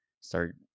start